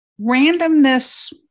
Randomness